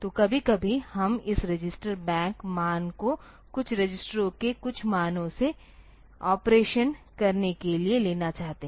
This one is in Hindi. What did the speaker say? तो कभी कभी हम इस रजिस्टर बैंक मान को कुछ रजिस्टरों के कुछ मानों से ऑपरेशन करने के लिए लेना चाहेंगे